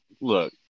look